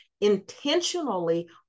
intentionally